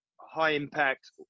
high-impact